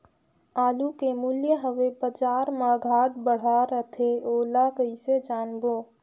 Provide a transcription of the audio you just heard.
आलू के मूल्य हवे बजार मा घाट बढ़ा रथे ओला कइसे जानबो?